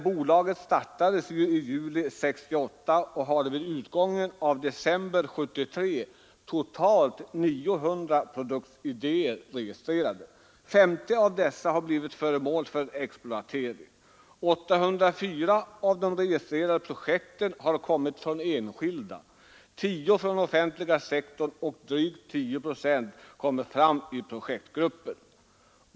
Bolaget startades i juli 1968 och hade vid utgången av december 1973 totalt 900 produktidéer registrerade. Av dessa har 50 blivit föremål för exploatering. Av de registrerade projekten har 804 kommit från enskilda och 10 från den offentliga sektorn. Drygt 10 procent har kommit fram inom projektgruppen.